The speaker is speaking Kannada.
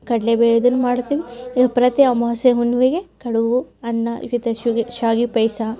ಕಡಲೇ ಬೇಳೆ ಇದನ್ನ ಮಾಡ್ತೀವಿ ಪ್ರತಿ ಅಮವಾಸ್ಯೆ ಹುಣ್ಣಿಮೆಗೆ ಕಡುಬು ಅನ್ನ ಮತ್ತು ಶುಗೆ ಶಾವಿಗೆ ಪಾಯಸ